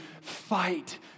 fight